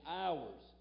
hours